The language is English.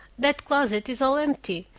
that closet is all empty.